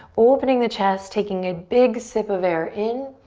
opening the chest, taking a big sip of air in.